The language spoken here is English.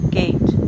gate